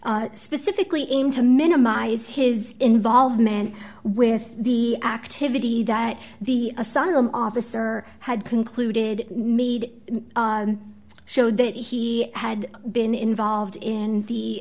specifically aimed to minimize his involvement with the activity that the asylum officer had concluded made showed that he had been involved in the